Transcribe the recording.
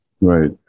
Right